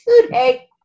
today